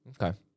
Okay